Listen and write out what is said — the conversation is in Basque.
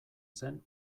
zen